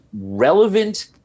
relevant